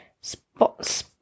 spots